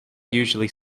usually